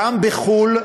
גם בחו"ל,